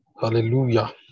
Hallelujah